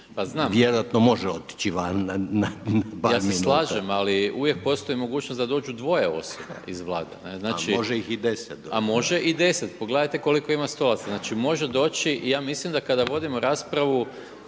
čas van. Vjerojatno može otići van na par minuta./… Ja se slažem, ali uvijek postoji mogućnost da dođu dvoje osoba iz Vlade. …/Upadica Reiner: A može ih i deset, da./… A može i deset. Pogledajte koliko ima stolaca? Znači može doći. Ja mislim da kada vodimo raspravu